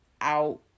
out